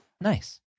Nice